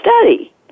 study